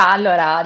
Allora